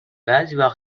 وقتها